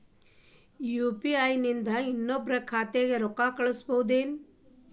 UPI ನಿಂದ ಇನ್ನೊಬ್ರ ಖಾತೆಗೆ ರೊಕ್ಕ ಕಳ್ಸಬಹುದೇನ್ರಿ?